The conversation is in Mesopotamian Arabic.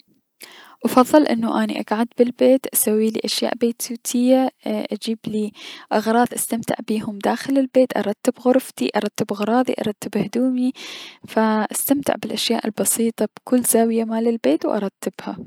افضل انو اني اكعد بلبيت اي- اسويلي اشياء بيتوتية اي اجيبلي اغراض ايتمتع بيهم داخل البيت ارتب غرفتي ارتب اغلراضي ارتب هدومي قف استمتع بلأشياء البسيطة بكل زاوية مال البيت و ارتبها.